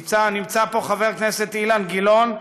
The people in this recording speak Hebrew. נמצא פה חבר הכנסת אילן גילאון,